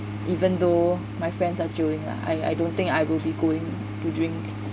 even though my friends are jio-ing ah I I don't think I will be going to drink